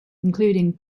including